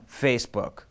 Facebook